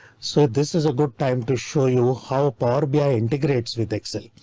so this is a good time to show you how power bi integrates with excel.